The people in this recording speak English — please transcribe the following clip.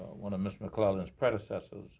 one of ms. mcclellan's predecessor,